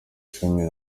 cumi